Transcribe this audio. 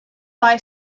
buy